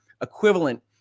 equivalent